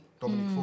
dominic